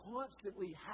constantly